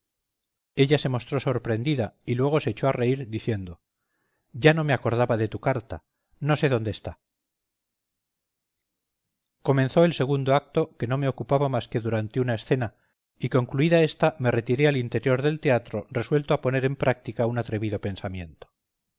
ella se mostró sorprendida y luego se echó a reír diciendo ya no me acordaba de tu carta no sé dónde está comenzó el segundo acto que no me ocupaba más que durante una escena y concluida ésta me retiré al interior del teatro resuelto a poner en práctica un atrevido pensamiento